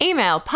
Email